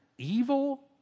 evil